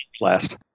last